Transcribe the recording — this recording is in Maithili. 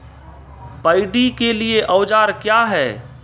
पैडी के लिए औजार क्या हैं?